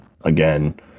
Again